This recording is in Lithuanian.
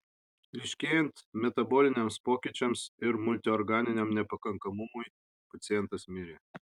ryškėjant metaboliniams pokyčiams ir multiorganiniam nepakankamumui pacientas mirė